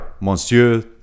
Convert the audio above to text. Monsieur